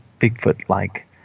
Bigfoot-like